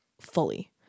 fully